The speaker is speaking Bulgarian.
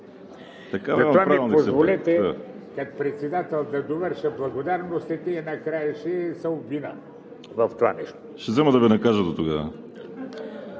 Ако ми позволите като председател да довърша благодарностите и накрая ще се обвиня в това нещо.